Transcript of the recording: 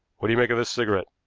what do you make of this cigarette?